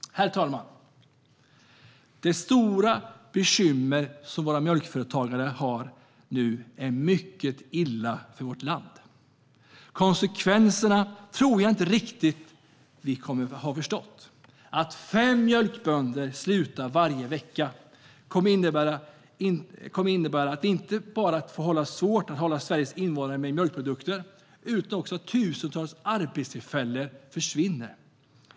Herr talman! De stora bekymmer våra mjölkföretagare nu har är mycket illa för vårt land, och jag tror inte riktigt att vi har förstått konsekvenserna. Att fem mjölkbönder slutar varje vecka kommer att innebära inte bara att vi får svårt att hålla Sveriges invånare med mjölkprodukter utan också att tusentals arbetstillfällen försvinner.